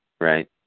right